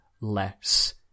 less